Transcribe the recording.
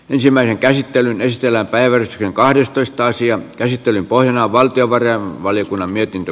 ensimmäinen käsittely veistellä päivän kahdestoista asian käsittelyn pohjana on valtiovarainvaliokunnan mietintö